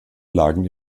lagen